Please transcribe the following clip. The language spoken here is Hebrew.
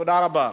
תודה רבה.